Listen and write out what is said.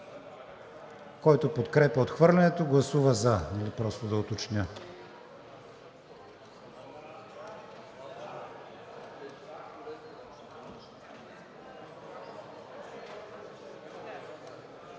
който подкрепя отхвърлянето, гласува за.